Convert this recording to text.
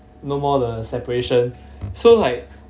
no more the separation so like